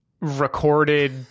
recorded